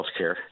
healthcare